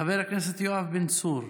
חבר הכנסת יואב בן צור,